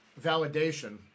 validation